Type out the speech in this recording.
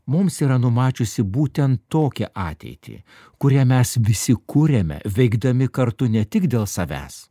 mums yra numačiusi būtent tokią ateitį kuria mes visi kuriame veikdami kartu ne tik dėl savęs